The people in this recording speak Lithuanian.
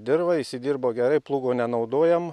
dirvą įsidirbo gerai plūgo nenaudojam